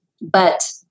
but-